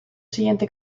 siguiente